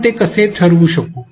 आपण ते कसे ठरवू शकू